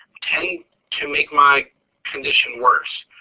tend to make my condition worse.